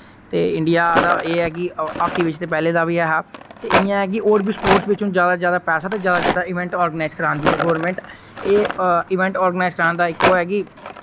ते इंडिया दा एह् ऐ कि हाकी बिच ते पैह्ले दा वि ऐ हा ते इयां ऐ कि और वि स्पोर्ट्स विच हुन ज्यादा ज्यादा पैसा ते ज्यादा ज्यादा इवेंट ओर्गनाइज करांदी ऐ गोरमैंट एह् इवेंट ओर्गनाइज कराने दा इक ओह् ऐ कि